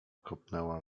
kopnęła